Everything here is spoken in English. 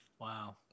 wow